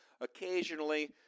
occasionally